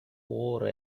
wore